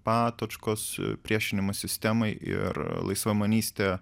patočkos priešinimas sistemai ir laisvamanystė